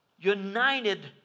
united